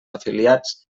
afiliats